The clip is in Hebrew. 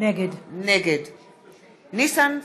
נגד ניסן סלומינסקי,